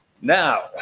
Now